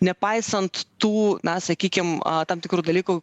nepaisant tų na sakykim tam tikrų dalykų